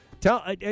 Tell